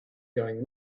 going